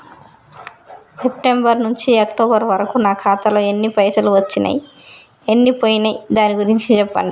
September నుంచి October వరకు నా ఖాతాలో ఎన్ని పైసలు వచ్చినయ్ ఎన్ని పోయినయ్ దాని గురించి చెప్పండి?